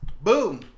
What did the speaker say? Boom